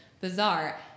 bizarre